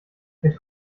mit